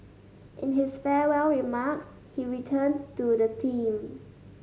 in his farewell remarks he returned to the theme